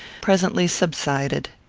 presently subsided.